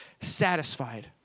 satisfied